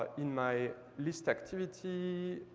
ah in my list activity,